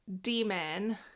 demon